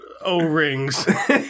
O-rings